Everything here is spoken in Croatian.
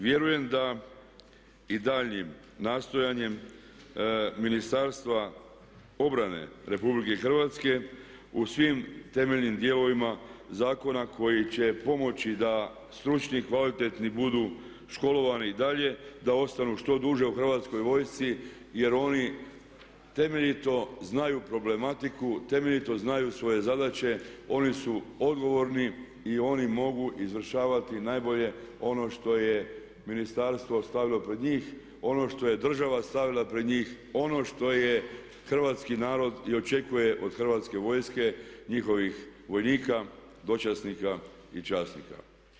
Vjerujem da i daljnjim nastojanjem Ministarstva obrane RH u svim temeljnim dijelovima zakona koji će pomoći da stručni i kvalitetni budu školovani i dalje da ostanu što duže u Hrvatskoj vojsci jer oni temeljito znaju problematiku, temeljito znaju svoje zadaće, oni su odgovorni i oni mogu izvršavati najbolje ono što je ministarstvo stavilo pred njih, ono što je hrvatska stavila pred njih, ono što je hrvatski narod i očekuje od Hrvatske vojske, njihovih vojnika, dočasnika i časnika.